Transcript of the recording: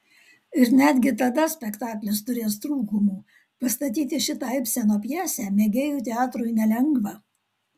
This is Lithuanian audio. ir netgi tada spektaklis turės trūkumų pastatyti šitą ibseno pjesę mėgėjų teatrui nelengva